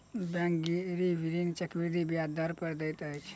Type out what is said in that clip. bank गृह ऋण चक्रवृद्धि ब्याज दर पर दैत अछि